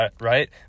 right